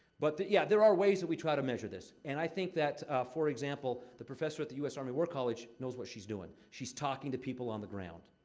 but yeah, there are ways that we try to measure this. and i think that, for example, the professor at the u s. army war college knows what she's doing. she's talking to people on the ground.